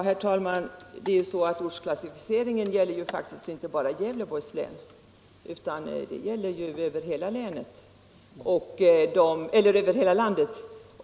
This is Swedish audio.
Herr talman! Ortsklassificeringen gäller faktiskt inte bara i Gävleborgs län utan över hela landet.